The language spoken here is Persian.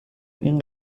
این